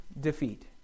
defeat